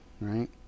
right